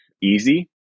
easy